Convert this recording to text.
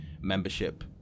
membership